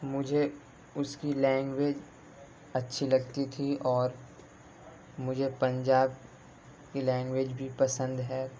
مجھے اس کی لینگویج اچھی لگتی تھی اور مجھے پنجاب کی لینگویج بھی پسند ہے